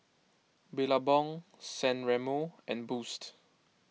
Billabong San Remo and Boost